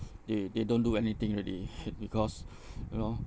they they don't do anything already because you know